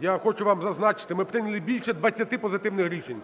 я хочу вам зазначити, ми прийняли більше 20 позитивних рішень,